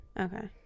Okay